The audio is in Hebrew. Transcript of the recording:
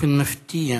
באופן מפתיע,